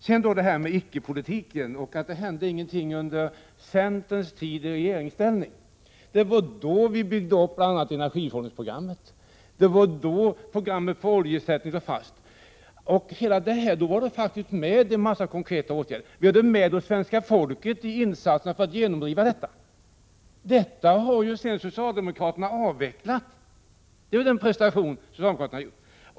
Beträffande ”icke-politik” och att det inte hände någonting under centerns tid i regeringsställning måste jag säga att det faktiskt var då vi byggde upp bl.a. energiforskningsprogrammet och programmet för att ersätta olja slogs fast. En mängd konkreta åtgärder vidtogs. Vi gjorde med det svenska folket insatser för att genomdriva dessa. Men allt detta har socialdemokraterna avvecklat. Det är ungefär den prestation som socialdemokraterna har gjort.